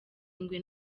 ingwe